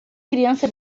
criança